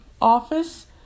office